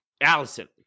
allison